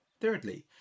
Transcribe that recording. Thirdly